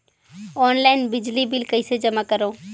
Online बिजली bill कइसे जमा करव?